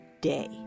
day